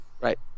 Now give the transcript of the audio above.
Right